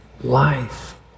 Life